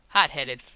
hot headed.